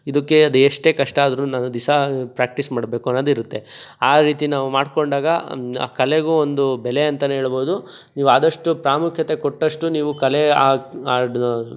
ಇದಕ್ಕೆ ಅದೆಷ್ಟೇ ಕಷ್ಟ ಆದರೂ ನಾನು ದಿಸಾ ಪ್ರ್ಯಾಕ್ಟಿಸ್ ಮಾಡಬೇಕು ಅನ್ನೋದಿರುತ್ತೆ ಆ ರೀತಿ ನಾವು ಮಾಡ್ಕೊಂಡಾಗ ಆ ಕಲೆಗೂ ಒಂದು ಬೆಲೆ ಅಂತಲೇ ಹೇಳ್ಬೊದು ನೀವು ಆದಷ್ಟು ಪ್ರಾಮುಖ್ಯತೆ ಕೊಟ್ಟಷ್ಟು ನೀವು ಕಲೆಯ